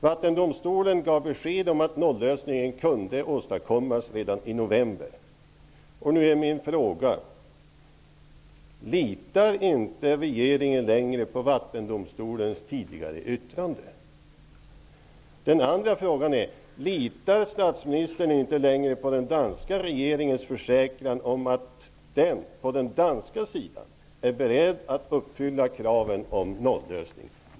Vattendomstolen gav redan i november besked om att nollösningen kunde åstadkommas. Vattendomstolens tidigare yttrande? Litar statsministern inte längre på den danska regeringens försäkran om att den på den danska sidan är beredd att uppfylla kraven på en nollösning?